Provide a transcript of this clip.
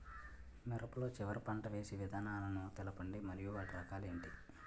మిరప లో చివర పంట వేసి విధానాలను తెలపండి మరియు వాటి రకాలు ఏంటి